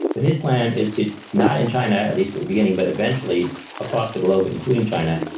but his plan is to not in china, at least in the beginning, but eventually across the globe, including china,